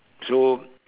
so